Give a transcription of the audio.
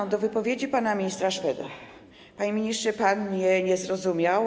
Co do wypowiedzi pana ministra Szweda to, panie ministrze, pan mnie nie zrozumiał.